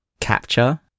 Capture